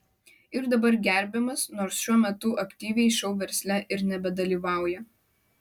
ir dabar gerbiamas nors šiuo metu aktyviai šou versle ir nebedalyvauja